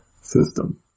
system